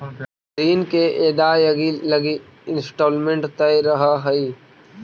ऋण के अदायगी लगी इंस्टॉलमेंट तय रहऽ हई